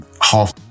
half